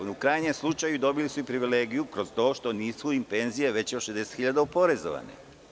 U krajnjem slučaju, dobili su i privilegiju kroz to što nisu penzije veće od 60.000 oporezovane.